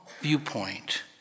viewpoint